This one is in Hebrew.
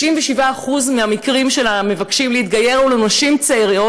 97% מהמקרים של המבקשים להתגייר הוא נשים צעירות,